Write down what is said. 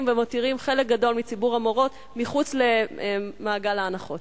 ומותירים חלק גדול מציבור המורות מחוץ למעגל ההנחות?